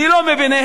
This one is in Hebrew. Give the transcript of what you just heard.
אני לא ביניהם,